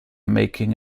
making